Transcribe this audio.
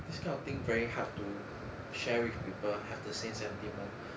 this kind of thing very hard to share with people have the same sentiment